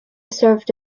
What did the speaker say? served